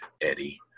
eddie